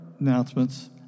announcements